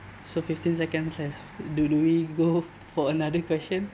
so fifteen seconds left do do we go for another question